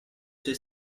sue